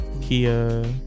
Kia